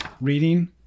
reading